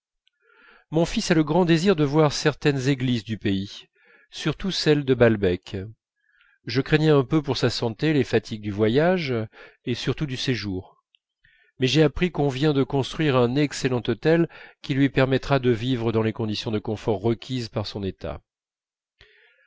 mon fils a le grand désir de voir certaines églises du pays surtout celle de balbec je craignais un peu pour sa santé les fatigues du voyage et surtout du séjour mais j'ai appris qu'on vient de construire un excellent hôtel qui lui permettra de vivre dans les conditions de confort requises par son état